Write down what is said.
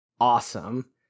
awesome